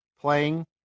playing